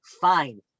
fine